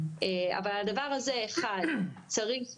אבל הדבר הזה צריך,